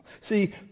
See